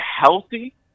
healthy